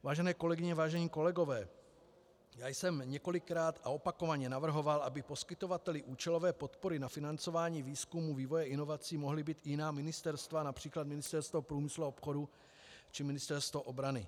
Vážené kolegyně, vážení kolegové, já jsem několikrát opakovaně navrhoval, aby poskytovateli účelové podpory na financování výzkumu, vývoje a inovací mohla být i jiná ministerstva, například Ministerstvo průmyslu a obchodu či Ministerstvo obrany.